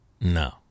no